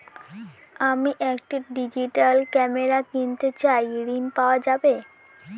আমি একটি digital camera কিনতে চাই ঝণ পাওয়া যাবে?